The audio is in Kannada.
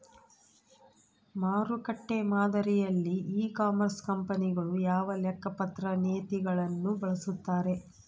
ಮಾರುಕಟ್ಟೆ ಮಾದರಿಯಲ್ಲಿ ಇ ಕಾಮರ್ಸ್ ಕಂಪನಿಗಳು ಯಾವ ಲೆಕ್ಕಪತ್ರ ನೇತಿಗಳನ್ನು ಬಳಸುತ್ತಾರೆ?